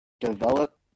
develop